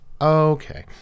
Okay